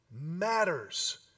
matters